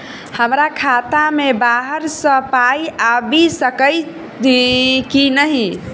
हमरा खाता मे बाहर सऽ पाई आबि सकइय की नहि?